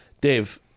Dave